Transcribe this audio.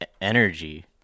energy